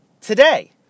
today